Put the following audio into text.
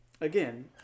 Again